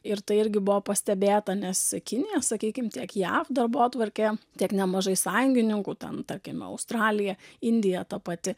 ir tai irgi buvo pastebėta nes kinija sakykim tiek jav darbotvarkė tiek nemažai sąjungininkų ten tarkime australija indija ta pati